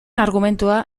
argumentua